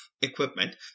equipment